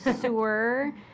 sewer